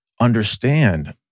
understand